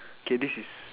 okay this is